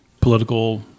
political